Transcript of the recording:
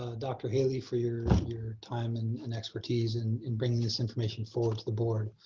ah dr. haley for your your time and and expertise and in bringing this information forward to the board.